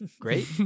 Great